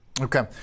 Okay